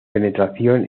penetración